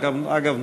אגב,